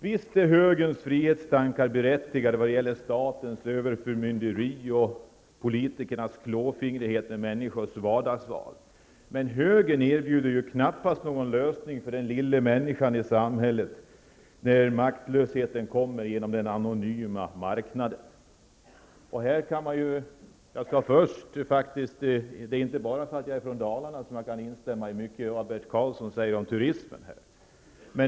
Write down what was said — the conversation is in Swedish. Visst är högerns frihetstankar berättigade vad gäller statens överförmynderi och politikers klåfingrighet med människors vardagsval, men högern erbjuder ju knappast någon lösning för den lilla människans maktlöshet mot den väldiga anonyma marknaden. Det är inte bara för att jag är från Dalarna som jag kan instämma i mycket av det som Bert Karlsson sade om turismen.